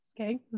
okay